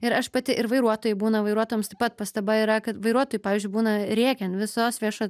ir aš pati ir vairuotojai būna vairuotojams taip pat pastaba yra kad vairuotojai pavyzdžiui būna rėkia ant visos viešojo